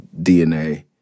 DNA